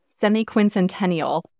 semi-quincentennial